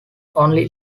only